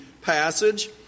passage